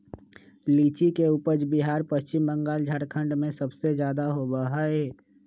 लीची के उपज बिहार पश्चिम बंगाल झारखंड में सबसे ज्यादा होबा हई